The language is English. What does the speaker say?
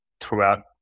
throughout